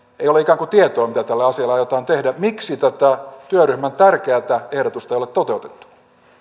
ei ole ikään kuin tietoa mitä tälle asialle aiotaan tehdä miksi tätä työryhmän tärkeätä ehdotusta ei ole toteutettu